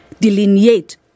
delineate